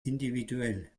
individuell